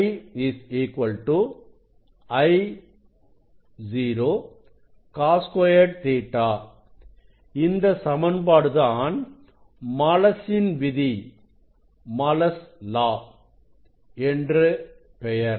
I I0 Cos2 Ɵ இந்த சமன்பாடு தான் மாலசின் விதி எனப்படும்